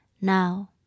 now